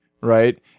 right